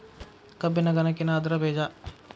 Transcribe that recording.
ಕಬ್ಬಿನ ಗನಕಿನ ಅದ್ರ ಬೇಜಾ